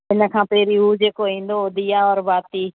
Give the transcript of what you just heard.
इन खां पहिरीं हू जेको ईंदो हो दीया और बाती